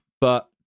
But-